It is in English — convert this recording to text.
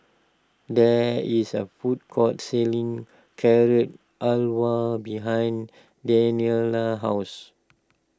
there is a food court selling Carrot Halwa behind Daniela's house